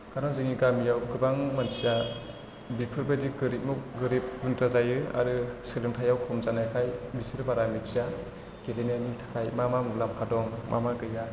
खारन जोंनि गामियाव गोबां मानसिया बेफोर बायदि गोरिब गोरिब गुन्द्रा जायो आरो सोलोंथाइयाव खम जानायखाय बिसोरो बारा मिथिया गेलेनायनि थाखाय मा मा मुलाम्फा दं मा मा गैया